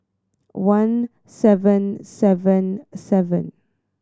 one seven seven seven